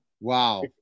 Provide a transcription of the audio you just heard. Wow